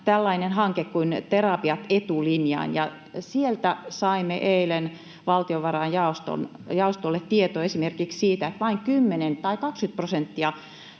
tällainen hanke kuin ”Terapiat etulinjaan”, ja sieltä saimme eilen valtiovarain jaostolle tietoa esimerkiksi siitä, että vain 10 tai 20 prosenttia